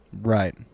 Right